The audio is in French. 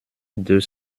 deux